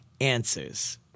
answers